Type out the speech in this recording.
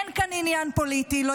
אין כאו עניין פוליטי, לא